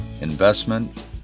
investment